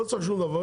לא צריך שום דבר,